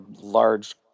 large